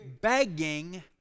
begging